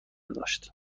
داشت